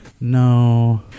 no